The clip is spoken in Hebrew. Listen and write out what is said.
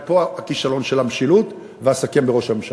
ופה הכישלון של המשילות, ואסכם בראש הממשלה.